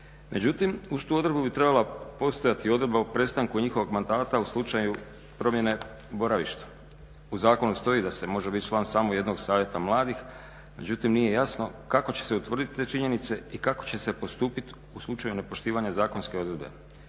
Međutim, uz tu odredbu bi trebala postojati i odredba o prestanku njihovog mandata u slučaju promjene boravišta. U zakonu stoji da se može biti član samo jednog Savjeta mladih međutim nije jasno kako će se utvrditi te činjenice i kako će se postupiti u slučaju nepoštivanja zakonske odredbe.